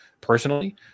personally